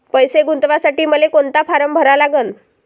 पैसे गुंतवासाठी मले कोंता फारम भरा लागन?